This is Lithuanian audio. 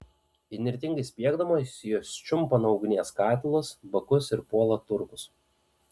įnirtingai spiegdamos jos čiumpa nuo ugnies katilus bakus ir puola turkus